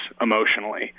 emotionally